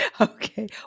okay